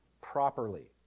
properly